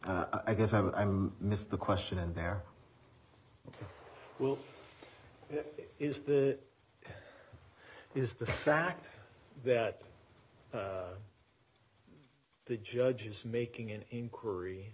yes i guess i missed the question and there will is the is the fact that the judge is making an inquiry